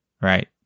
right